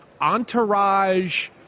entourage